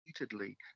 repeatedly